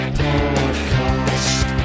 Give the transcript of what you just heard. podcast